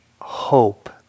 hope